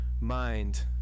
mind